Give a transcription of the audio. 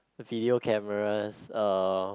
video cameras uh